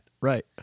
right